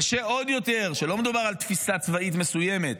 קשה עוד יותר כשלא מדובר על תפיסה צבאית מסוימת